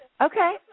okay